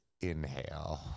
inhale